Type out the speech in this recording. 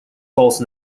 false